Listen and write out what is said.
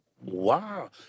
Wow